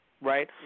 Right